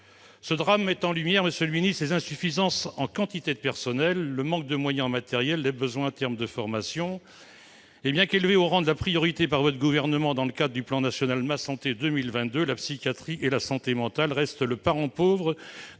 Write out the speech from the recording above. Ce drame met en lumière, monsieur le ministre, les insuffisances du nombre de personnels, le manque de moyens en matériels, ainsi que les besoins en termes de formations. Bien qu'élevées au rang de priorité par votre gouvernement dans le cadre du plan national Ma santé 2022, la psychiatrie et la santé mentale restent les parents pauvres